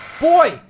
Boy